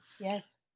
Yes